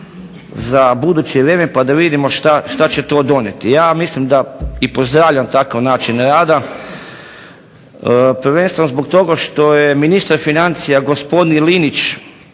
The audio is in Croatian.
za buduće vrijeme pa da vidimo šta će to donijeti. Ja mislim da i pozdravljam takav način rada prvenstveno zbog toga što je ministar financija gospodin Linić